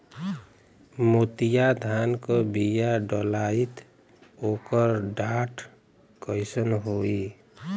मोतिया धान क बिया डलाईत ओकर डाठ कइसन होइ?